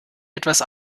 etwas